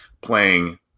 playing